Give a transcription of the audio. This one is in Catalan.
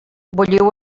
bulliu